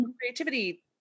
creativity